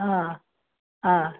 ହଁ ହଁ